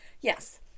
yes